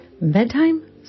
Bedtime